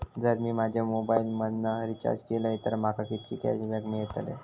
जर मी माझ्या मोबाईल मधन रिचार्ज केलय तर माका कितके कॅशबॅक मेळतले?